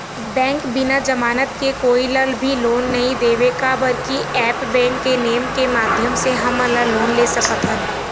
Bank बिना जमानत के कोई ला भी लोन नहीं देवे का बर की ऐप बैंक के नेम के माध्यम से हमन लोन ले सकथन?